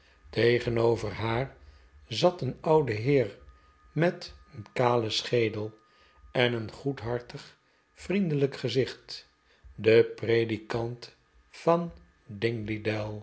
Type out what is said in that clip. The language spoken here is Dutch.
tegenover haar zat een oude heer met een kalen schedel en een goedhartig vriendelijk gezicht de predikant van